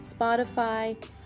Spotify